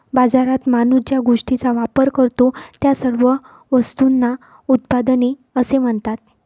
बाजारात माणूस ज्या गोष्टींचा वापर करतो, त्या सर्व वस्तूंना उत्पादने असे म्हणतात